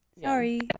sorry